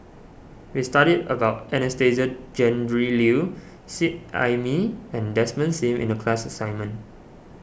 we studied about Anastasia Tjendri Liew Seet Ai Mee and Desmond Sim in the class assignment